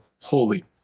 holy